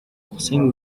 ухасхийн